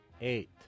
eight